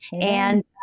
And-